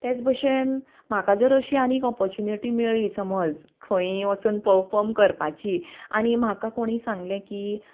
ते भशेन म्हाका जर अशी आनीक ऑपोरच्युनिटी मेळ्ळी समज खंय वचून पर्फोम करपाची आनी म्हाका कोणी सांगलें की